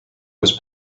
was